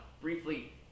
briefly